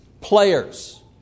players